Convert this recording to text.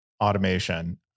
automation